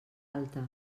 alta